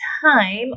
time